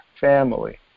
family